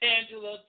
Angela